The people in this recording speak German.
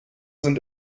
sind